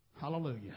hallelujah